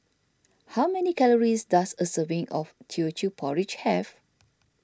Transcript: how many calories does a serving of Teochew Porridge have